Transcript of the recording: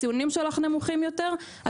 הציונים שלך נמוכים יותר.